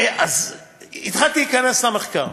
התחלתי להיכנס למחקר,